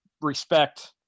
respect